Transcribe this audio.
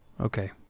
Okay